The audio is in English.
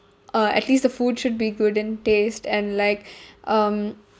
uh at least the food should be good in taste and like um